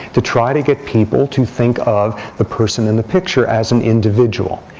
to try to get people to think of the person in the picture as an individual.